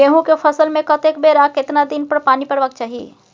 गेहूं के फसल मे कतेक बेर आ केतना दिन पर पानी परबाक चाही?